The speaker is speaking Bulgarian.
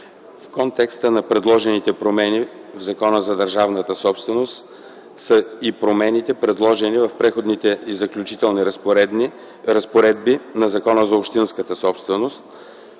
В контекста на предложените промени в Закона за държавната собственост са и промените, предложени с Преходните и заключителни разпоредби в Закона за общинската собственост